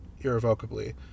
irrevocably